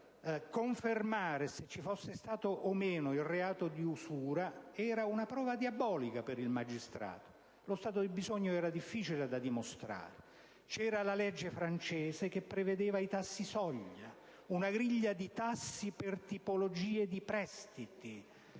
per valutare se vi fosse stato o meno il reato di usura. Era una prova diabolica per il magistrato, perché lo stato di bisogno è difficile da dimostrare. La legge francese prevedeva invece i tassi soglia, una griglia di tassi per tipologia di prestiti